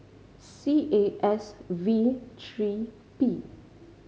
C A S V three P